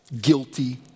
guilty